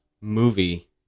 movie